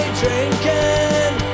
drinking